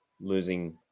losing